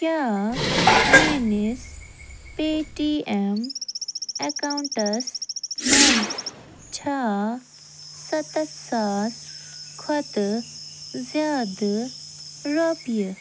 کیٛاہ میٲنِس Paytm accounts منٛز چھےٚ سَتتھ ساس کھۄتہٕ زِیادٕ رۄپیہِ